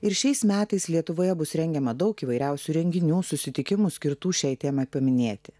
ir šiais metais lietuvoje bus rengiama daug įvairiausių renginių susitikimų skirtų šiai temai paminėti